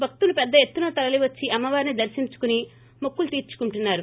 భక్తులు పెద్ద ఎత్తున తరలివచ్చి అమ్మవారిని దర్శించుకుని మొక్కులు తీర్చుకుంటున్నారు